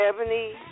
Ebony